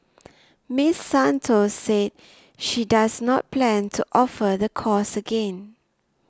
Miss Santos said she does not plan to offer the course again